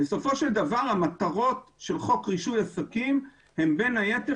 בסופו של דבר המטרות של חוק רישוי עסקים הן בין היתר